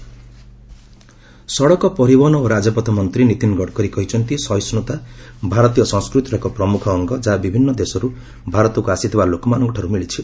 Gadkari culture ସଡ଼କ ପରିବହନ ଓ ରାଜପଥ ମନ୍ତ୍ରୀ ନୀତିନ୍ ଗଡ଼କରି କହିଛନ୍ତି ସହିଷ୍ଣୁତା ଭାରତୀୟ ସଂସ୍କୃତିର ଏକ ପ୍ରମୁଖ ଅଙ୍ଗ ଯାହା ବିଭିନ୍ନ ଦେଶରୁ ଭାରତକୁ ଆସିଥିବା ଲୋକମାନଙ୍କଠାରୁ ମିଳିଛି